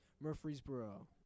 Murfreesboro